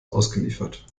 ausgeliefert